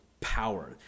power